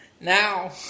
Now